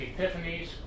Epiphanies